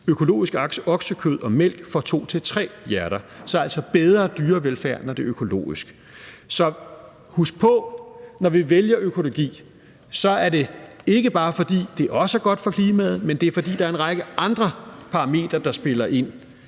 Økologisk oksekød og mælk får to-tre hjerter. Så der er altså bedre dyrevelfærd, når det er økologisk. Så husk på, at når vi vælger økologi, er det ikke bare, fordi det også er godt for klimaet, men det er, fordi der er en række andre parametre, der spiller ind.